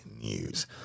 News